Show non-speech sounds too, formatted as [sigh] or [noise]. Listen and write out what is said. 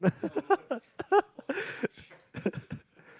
[laughs]